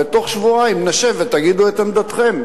ובתוך שבועיים נשב ותגידו את עמדתכם,